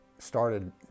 started